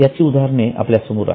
याची उदाहरणे आपल्यासमोर आहेत